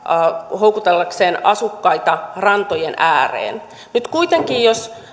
houkutellakseen asukkaita rantojen ääreen nyt kuitenkin jos